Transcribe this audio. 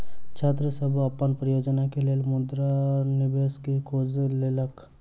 छात्र सभ अपन परियोजना के लेल मुद्रा निवेश के खोज केलक